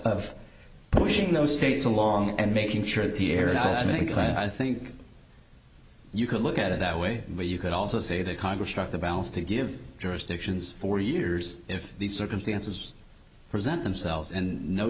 of pushing those states along and making sure the area is listening i think you could look at it that way where you could also say that congress struck the balance to give jurisdictions for years if these circumstances present themselves and no